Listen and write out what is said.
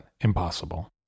impossible